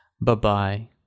Bye-bye